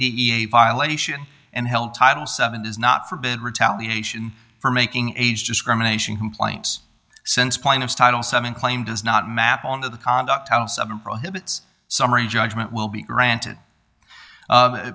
eight violation and held title seven does not forbid retaliation for making age discrimination complaints since plaintiffs title seven claim does not map on the conduct of seven prohibits summary judgment will be granted